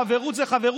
חברות זאת חברות,